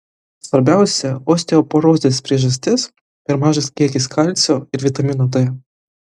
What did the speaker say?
svarbiausia osteoporozės priežastis per mažas kiekis kalcio ir vitamino d